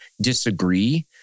disagree